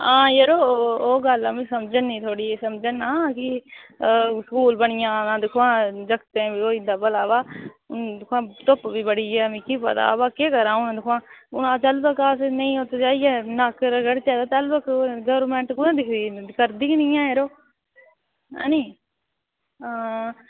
हां जरो ओह् गल्ल आमीं समझै नी थुआढ़ी समझै ना कि स्कूल बनी जा तां दिक्खो आं जागतां बी होई जंदा भला बा हून दिक्खो आं धुप्प बी बड़ी ऐ मिगी पता बा केह् करां हून दिक्खो आं जैह्लुू तक्कर अस नेईं जाइयै नक्क रगड़चै ते तैह्लूं तक्कर गौरमेंट कुत्थै दिखदी करदी गै निं ऐ जरो ऐ निं हां